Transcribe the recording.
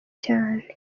cyane